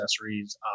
accessories